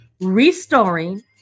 restoring